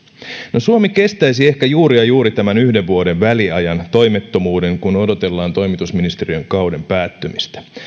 no suomi kestäisi ehkä juuri ja juuri tämän yhden vuoden väliajan toimettomuuden kun odotellaan toimitusministeriön kauden päättymistä